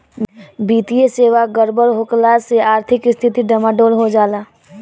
वित्तीय सेवा गड़बड़ होखला से आर्थिक स्थिती डमाडोल हो जाला